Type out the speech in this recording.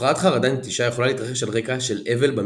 הפרעת חרדת נטישה יכולה להתרחש על רקע של אבל במשפחה.